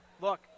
look